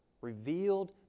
Revealed